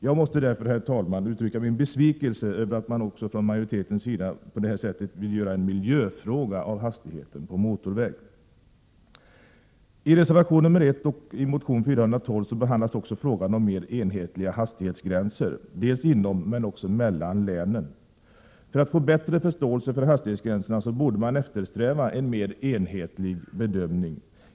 Jag måste därför, herr talman, uttrycka min besvikelse över att man från majoritetens sida på detta sätt vill göra en miljöfråga av hastigheten på motorväg. I reservation 1 och i motion T412 behandlas också frågan om mer enhetliga hastighetsgränser, det gäller inom men också mellan länen. För att få bättre förståelse för hastighetsgränserna borde man eftersträva en mer enhetlig bedömning.